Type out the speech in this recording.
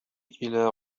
إلى